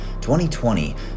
2020